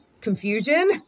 confusion